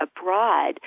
abroad